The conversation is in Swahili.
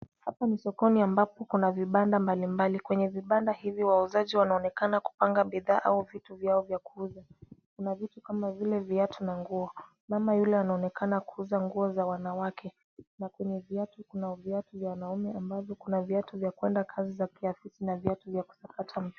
Hapa ni sokoni ambapo kuna vibanda mbalimbali. Kwenye vibanda hizi wauzaji wanaonekana kupanga bidhaa au vitu vyao vya kuuza. Kuna vitu kama vile viatu na nguo. Mama yule anaonekana kuuza nguo za wanawake na kwenye viatu kuna viatu vya wanaume ambavyo kuna viatu vya kuenda kazi za kiafisi na viatu vya kusakata mpira.